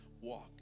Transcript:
walk